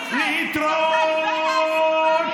להתראות.